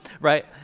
right